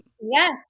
Yes